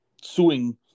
suing